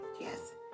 Yes